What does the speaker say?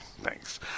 Thanks